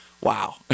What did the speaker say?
wow